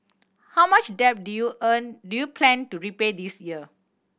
how much debt do you earn do you plan to repay this year